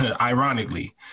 ironically